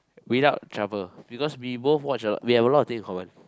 without trouble because we both watch a we have a lot of thing in common